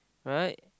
right